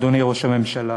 אדוני ראש הממשלה,